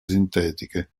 sintetiche